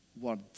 word